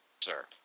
sir